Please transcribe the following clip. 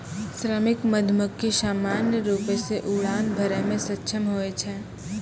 श्रमिक मधुमक्खी सामान्य रूपो सें उड़ान भरै म सक्षम होय छै